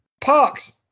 Parks